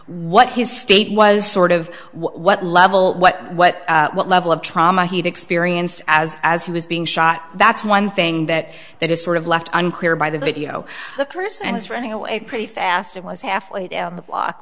what his state was sort of what level what what what level of trauma he'd experienced as as he was being shot that's one thing that that is sort of left unclear by the video the person and his running away pretty fast it was halfway down the block